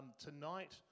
tonight